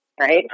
right